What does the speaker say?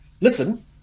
listen